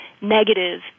negative